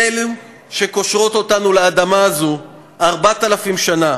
הן-הן שקושרות אותנו לאדמה הזאת 4,000 שנה.